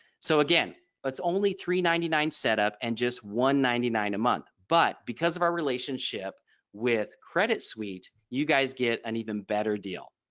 so again it's only three ninety-nine setup and just one ninety-nine a month. but because of our relationship with credit suite you guys get an even better deal.